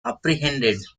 apprehended